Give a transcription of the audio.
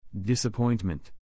Disappointment